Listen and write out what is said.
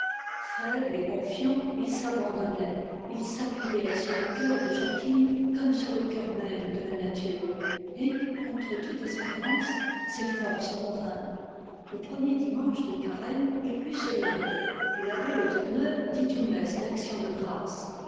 faible et confiant il s'abandonnait il s'appuyait sur le cœur de jacquine comme sur le cœur même de la nature et contre toute espérance ses forces revinrent le premier dimanche de carême il put se lever et l'abbé le tourneur dit une messe d'actions de grâces